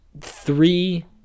Three